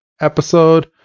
episode